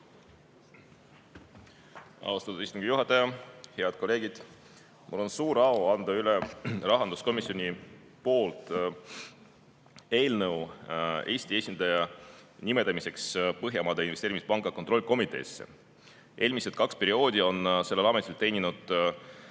Austatud istungi juhataja! Head kolleegid! Mul on suur au anda rahanduskomisjoni nimel üle eelnõu Eesti esindaja nimetamiseks Põhjamaade Investeerimispanga kontrollkomiteesse. Eelmised kaks perioodi on selles ametis teeninud